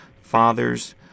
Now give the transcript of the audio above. Fathers